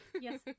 Yes